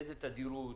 באיזו תדירות?